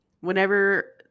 Whenever